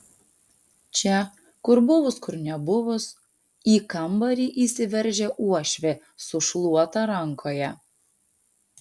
čia kur buvus kur nebuvus į kambarį įsiveržia uošvė su šluota rankoje